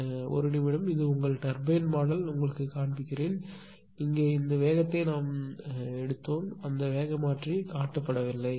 எனவே 1 நிமிடம் இது உங்கள் டர்பைன் மாடல் உங்களுக்குக் காண்பிப்பேன் இங்கே இந்த வேகத்தை நாம் எடுத்தோம் அந்த வேகமாற்றி காட்டப்படவில்லை